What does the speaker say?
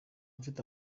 mfite